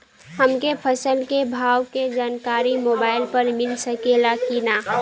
हमके फसल के भाव के जानकारी मोबाइल पर मिल सकेला की ना?